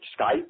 Skype